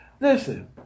Listen